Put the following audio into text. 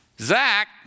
Zach